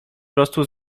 prostu